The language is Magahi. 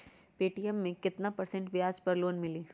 पे.टी.एम मे केतना परसेंट ब्याज पर लोन मिली?